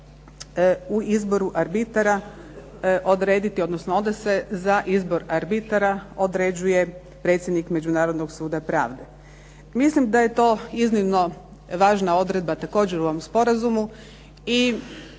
u izboru arbitara odrediti odnosno onda se za izbor arbitara određuje predsjednik Međunarodnog suda pravde. Mislim da je to iznimno važna odredba također u ovom sporazumu i